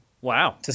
Wow